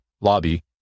lobby